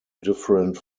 different